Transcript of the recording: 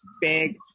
big